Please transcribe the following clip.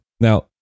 Now